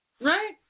right